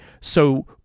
So-